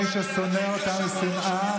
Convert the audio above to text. מי ששונא אותנו שנאה,